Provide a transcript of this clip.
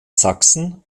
sachsen